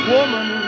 woman